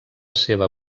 seva